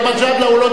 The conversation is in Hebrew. הוא לא דיבר אליך,